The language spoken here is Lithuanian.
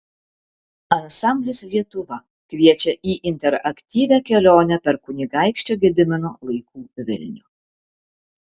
ansamblis lietuva kviečia į interaktyvią kelionę per kunigaikščio gedimino laikų vilnių